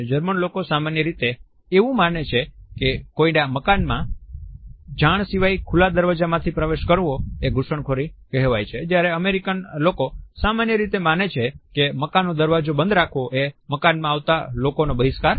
German લોકો સામાન્ય રીતે એવું માને છે કે કોઈના મકાનમાં જાણ સિવાય ખુલ્લા દરવાજામાંથી પ્રવેશ કરવો એ ઘૂસણખોરી કહેવાય છે જ્યારે અમેરિકન લોકો સામાન્ય રીતે માને છે કે મકાનનો દરવાજો બંધ રાખવો એ મકાનમાં આવતા લોકો નો બહિસ્કાર કહી શકાય